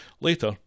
Later